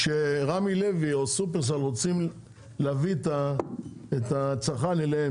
כשרמי לוי ושופרסל רוצים להביא את הצרכן אליהם,